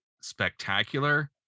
spectacular